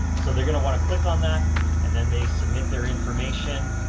so they're going to want to click on that and then they submit their information,